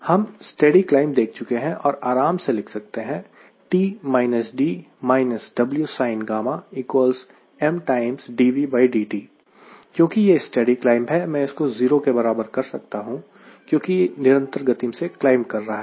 हम steady climb को देख चुके हैं और आराम से लिख सकते हैं क्योंकि यह स्टेडी क्लाइंब है मैं इसको 0 के बराबर कर सकता हूं क्योंकि यह निरंतर गति से क्लाइंब कर रहा है